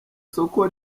soko